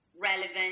relevant